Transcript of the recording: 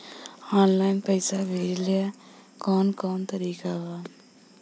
Online पइसा भेजेला कवन कवन तरीका बा?